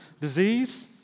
disease